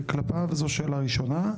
זו שאלה ראשונה,